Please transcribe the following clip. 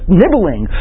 nibbling